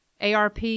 ARP